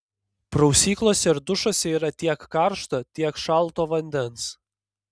prausyklose ir dušuose yra tiek karšto tiek šalto vandens